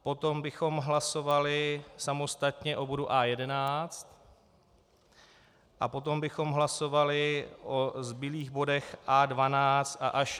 Potom bychom hlasovali samostatně o bodu A11 a potom bychom hlasovali o zbylých bodech A12 až A39.